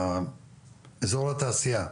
אזור התעשייה?